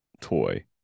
toy